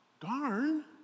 Darn